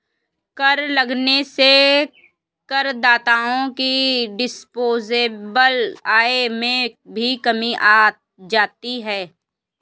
कर लगने से करदाताओं की डिस्पोजेबल आय में भी कमी आ जाती है